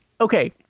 okay